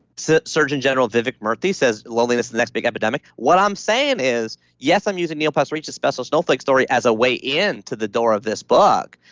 surgeon general vivek murthy says, loneliness is next big epidemic. what i'm saying is, yes, i'm using neil pasricha's special snowflake story as a way in to the door of this book,